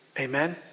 Amen